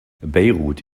beirut